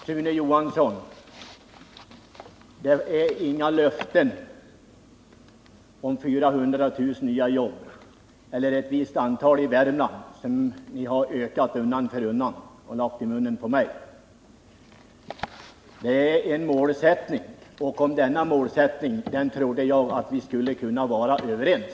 Herr talman! Vi har inte ställt ut några löften om 400 000 nya jobb i landet eller något visst antal i Värmland; det antalet har ni för övrigt ökat på undan för undan och lagt i munnen på mig. Det var en målsättning, och om denna målsättning trodde jag att vi skulle kunna vara överens.